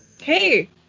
Hey